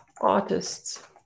artists